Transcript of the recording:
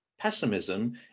pessimism